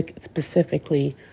specifically